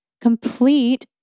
complete